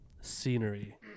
scenery